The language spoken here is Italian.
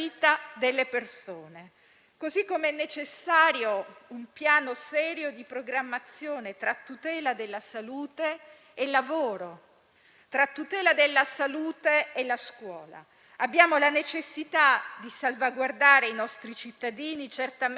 tra tutela della salute e scuola. Abbiamo la necessità di salvaguardare i nostri cittadini certamente prima di tutto dalla crisi sanitaria, ma anche da quella economica. È per questo che sono necessari ristori, o meglio